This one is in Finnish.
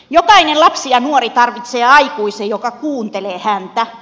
jokainen lapsi ja nuori tarvitsee aikuisen joka kuuntelee häntä